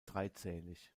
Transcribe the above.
dreizählig